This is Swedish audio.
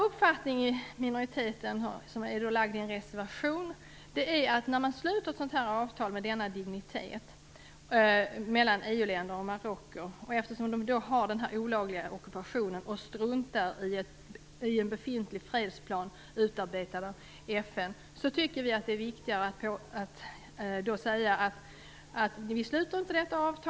Minoritetens uppfattning, som framgår i en reservation, är att när ett avtal med denna dignitet sluts mellan EU-länderna och Marocko, som står för denna olagliga ockupation och struntar i en befintlig fredsplan som är utarbetad av FN, är det viktigt att säga att vi inte sluter detta avtal.